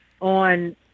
on